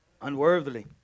Unworthily